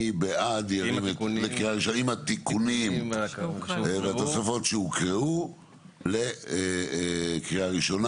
עם התיקונים והתוספות שהוקראו לקריאה ראשונה.